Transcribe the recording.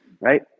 right